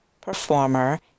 performer